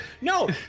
No